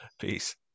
Peace